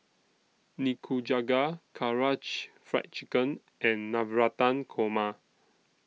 Nikujaga Karaage Fried Chicken and Navratan Korma